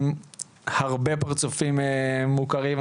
עם הרבה פרצופים מוכרים,